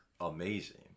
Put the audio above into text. amazing